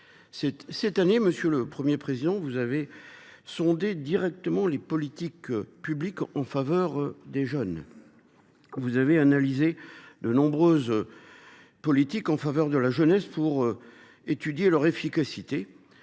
Cette année, monsieur le Premier président, vous avez sondé directement les politiques publiques en faveur des jeunes. Vous avez analysé de nombreux dispositifs destinés à la jeunesse pour étudier leur efficacité,